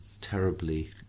terribly